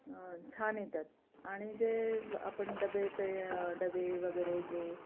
छान येतात आणि जे आपण डबे पे डबे वगैरे जे